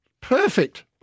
Perfect